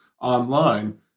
online